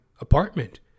apartment